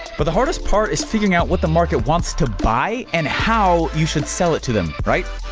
but the hardest part is figuring out what the market wants to buy, and how you should sell it to them, right?